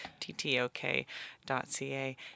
ttok.ca